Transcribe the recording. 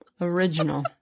Original